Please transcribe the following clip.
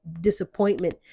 disappointment